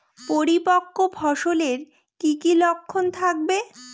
পরিপক্ক ফসলের কি কি লক্ষণ থাকবে?